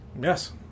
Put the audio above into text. yes